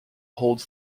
holds